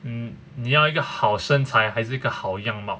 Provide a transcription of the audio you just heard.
mm 你要一个好身材还是一个好样貌